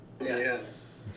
Yes